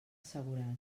assegurat